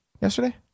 yesterday